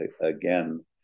again